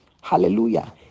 Hallelujah